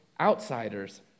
outsiders